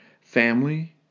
family